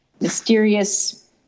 mysterious